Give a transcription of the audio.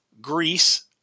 Greece